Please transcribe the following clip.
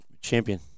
Champion